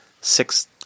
six